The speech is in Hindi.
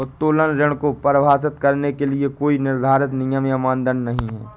उत्तोलन ऋण को परिभाषित करने के लिए कोई निर्धारित नियम या मानदंड नहीं है